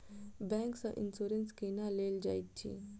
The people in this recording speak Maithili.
बैंक सँ इन्सुरेंस केना लेल जाइत अछि